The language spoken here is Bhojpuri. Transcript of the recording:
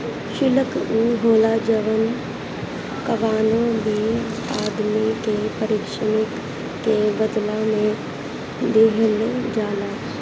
शुल्क उ होला जवन कवनो भी आदमी के पारिश्रमिक के बदला में दिहल जाला